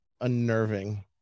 unnerving